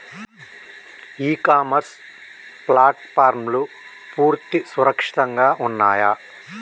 ఇ commerce ప్లాట్ఫారమ్లు పూర్తిగా సురక్షితంగా ఉన్నయా?